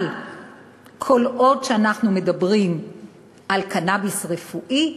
אבל כל עוד אנחנו מדברים על קנאביס רפואי,